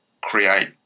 create